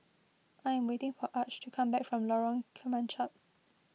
I am waiting for Arch to come back from Lorong Kemunchup